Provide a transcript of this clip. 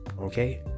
Okay